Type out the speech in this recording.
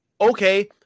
Okay